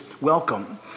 welcome